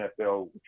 NFL